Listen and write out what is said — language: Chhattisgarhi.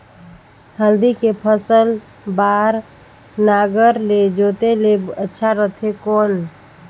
हल्दी के फसल बार नागर ले जोते ले अच्छा रथे कौन?